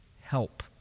Help